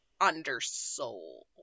undersold